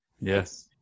Yes